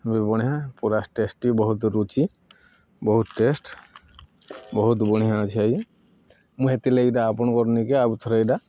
ବି ବଢ଼ିଆଁ ପୁରା ଟେଷ୍ଟି ବହୁତ ରୁଚି ବହୁତ ଟେଷ୍ଟ ବହୁତ ବଢ଼ିଆଁ ଅଛିଆ ଆଇ ମୁଁ ହେତି ଲାଗି ଏଇଟା ଆପଣଙ୍କରନକି ଆଉ ଥରେ ଏଇଟା